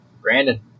Brandon